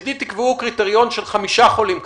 מצדי תקבעו קריטריון של חמישה חולים קשים.